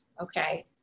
Okay